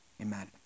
amen